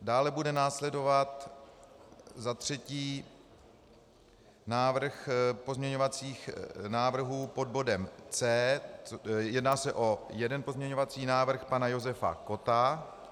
Dále bude následovat, za třetí, návrh pozměňovacích návrhů pod bodem C, jedná se o jeden pozměňovací návrh pana Josefa Kotta.